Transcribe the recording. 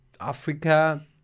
Africa